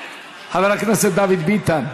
חבר הכנסת דוד ביטן,